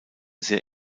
sehr